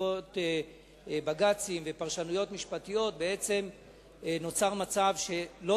בעקבות בג"צים ופרשנויות משפטיות בעצם נוצר מצב שלא